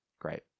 Great